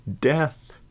death